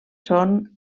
són